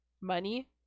money